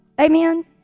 Amen